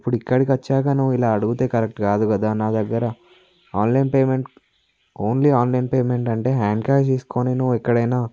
ఇప్పుడు ఇక్కడికొచ్చాక నువ్వు ఇలా అడిగితే కరక్ట్ కాదు కదా నా దగ్గర online payment only online payment అంటే హ్యాండ్ క్యాష్ తీసుకొని నువ్వు ఎక్కడైనా